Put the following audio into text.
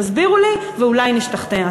תסבירו לי, ואולי נשתכנע.